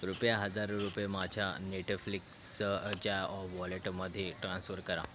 कृपया हजार रुपये माझ्या नेटफ्लिक्स च्या वॉलेटमध्ये ट्रान्स्फर करा